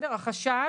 החשש